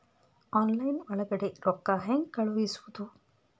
Online ಒಳಗಡೆ ರೊಕ್ಕ ಹೆಂಗ್ ಕಳುಹಿಸುವುದು?